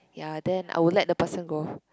ya then I would let the person go